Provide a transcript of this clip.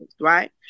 right